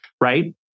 right